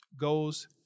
goes